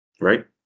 Right